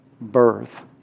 birth